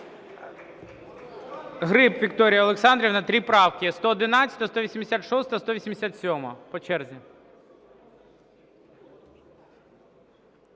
Гриб Вікторія Олександрівна, три правки: 111, 186, 187